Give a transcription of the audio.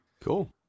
cool